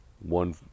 one